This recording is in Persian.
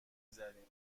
زدیم